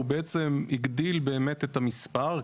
הוא בעצם הגדיל באמת את המספר,